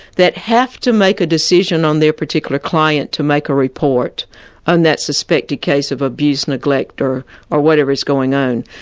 that have to make a decision on their particular client to make a report on that suspected case of abuse, neglect, or or whatever is going on.